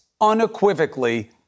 Unequivocally